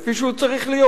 משלם כפי שהוא צריך להיות.